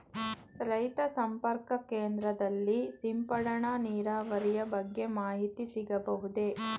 ರೈತ ಸಂಪರ್ಕ ಕೇಂದ್ರದಲ್ಲಿ ಸಿಂಪಡಣಾ ನೀರಾವರಿಯ ಬಗ್ಗೆ ಮಾಹಿತಿ ಸಿಗಬಹುದೇ?